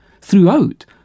Throughout